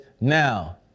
now